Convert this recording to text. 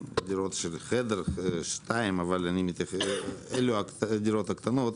דירות של חדר, שתיים, אלו הדירות הקטנות.